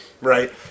right